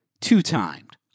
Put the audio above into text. Two-timed